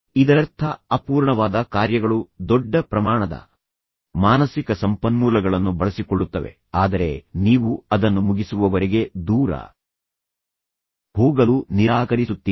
ಇದರರ್ಥ ಮತ್ತೆ ಅಪೂರ್ಣವಾದ ಕಾರ್ಯಗಳು ದೊಡ್ಡ ಪ್ರಮಾಣದ ಮಾನಸಿಕ ಸಂಪನ್ಮೂಲಗಳನ್ನು ಬಳಸಿಕೊಳ್ಳುತ್ತವೆ ಮತ್ತು ಪ್ರೀಮಿಯಂ ಜಾಗವನ್ನು ನಿರ್ಬಂಧಿಸುತ್ತದೆ ಆದರೆ ನೀವು ಅದನ್ನು ಮುಗಿಸುವವರೆಗೆ ದೂರ ಹೋಗಲು ನಿರಾಕರಿಸುತ್ತೀರಿ